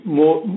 more